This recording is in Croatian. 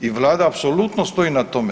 I Vlada apsolutno stoji na tome.